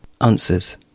Answers